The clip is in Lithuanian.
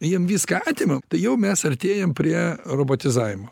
jiem viską atimam tai jau mes artėjam prie robotizavimo